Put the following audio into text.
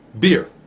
beer